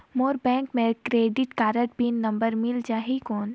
मोर bank मे credit card pin number मिल जाहि कौन?